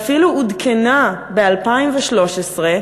ואפילו עודכנה ב-2013,